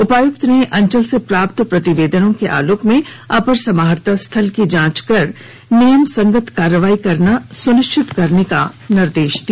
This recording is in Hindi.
उपायुक्त ने अंचल से प्राप्त प्रतिवेदनों के आलोक में अपर समाहर्ता स्थल की जांच कर नियमसंगत कार्रवाई करना सुनिश्चित करने का भी निर्देष दिया